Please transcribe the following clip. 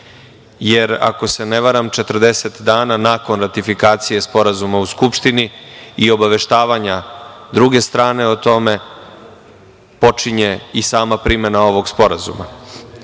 jer ako se ne varam 40 dana nakon ratifikacije sporazuma u Skupštini i obaveštavanja druge strane o tome počinje i sama primena ovog